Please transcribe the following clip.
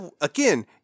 Again